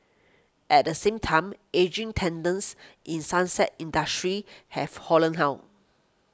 at the same time ageing tenants in sunset industries have hollowed out